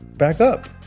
back up.